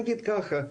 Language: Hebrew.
נגיד ככה,